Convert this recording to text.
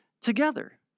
together